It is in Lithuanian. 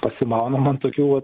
pasimaunam ant tokių vat